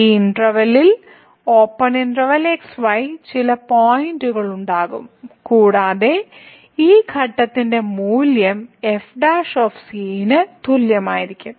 ഈ interval open ഇന്റെർവെല്ലിൽ x y ചില പോയിന്റുകൾ ഉണ്ടാകും കൂടാതെ ഈ ഘടകത്തിന്റെ മൂല്യം f ന് തുല്യമായിരിക്കും